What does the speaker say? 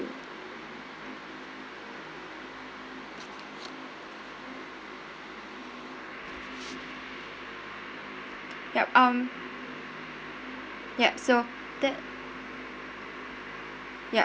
ya um ya so that ya